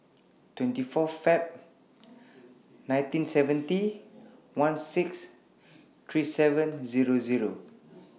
twenty four Feb one thousand nine hundred and seventy sixteen thirty seven